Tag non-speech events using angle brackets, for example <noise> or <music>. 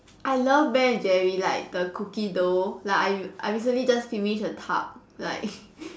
I love Ben and Jerry like the cookie dough like I I recently just finish a tub like <laughs>